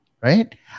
Right